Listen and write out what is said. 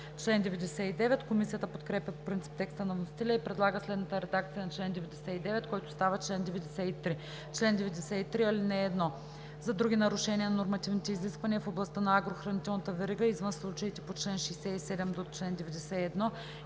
чл. 16.“ Комисията подкрепя по принцип текста на вносителя и предлага следната редакция на чл. 99, който става чл. 93: „Чл. 93. (1) За други нарушения на нормативните изисквания в областта на агрохранителната верига извън случаите по чл. 67 – 91